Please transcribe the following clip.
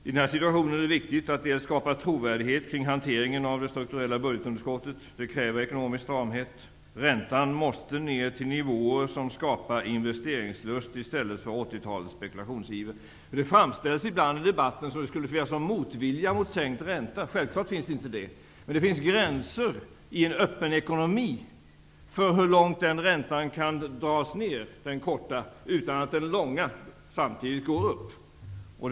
I denna situation är det viktigt att skapa trovärdighet kring hanteringen av det strukturella budgetunderskottet. Det kräver ekonomisk stramhet. Räntan måste ned till nivåer som skapar investeringslust i stället för 80-talets spekulationsiver. Det framställs ibland i debatten som om det skulle finnas någon motvilja mot en sänkning av räntan. Självfallet finns det inte det. Men i en öppen ekonomi finns det gränser för hur långt den räntan kan sänkas, dvs. den korta räntan, utan att den långa räntan samtidigt stiger.